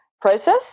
process